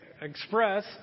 express